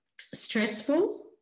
stressful